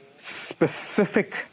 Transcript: specific